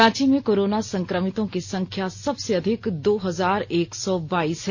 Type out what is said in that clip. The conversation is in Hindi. रांची में कोरोना संक्रमितों की संख्या सबसे अधिक दो हजार एक सौ बाईस है